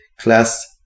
class